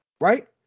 right